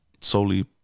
solely